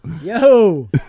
Yo